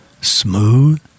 smooth